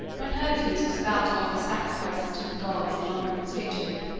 when hercules was about to offer sacrifices to the gods in honor of his victory,